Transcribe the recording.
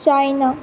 China